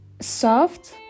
soft